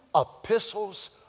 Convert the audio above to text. epistles